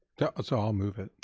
yeah so i'll move it.